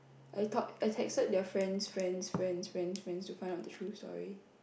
I talk I texted their friend's friend's friend's friend's friends to find out the true story